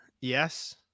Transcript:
yes